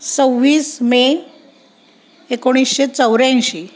सव्वीस मे एकोणीशे चौऱ्यांशी